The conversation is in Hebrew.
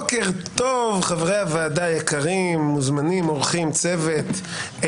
טוב, חברי הוועדה היקרים, מוזמנים, אורחים, צוות.